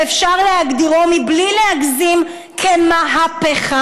שאפשר להגדירו בלי להגזים כמהפכה.